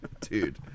Dude